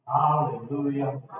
Hallelujah